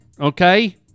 okay